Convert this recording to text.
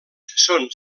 són